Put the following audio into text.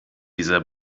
dieser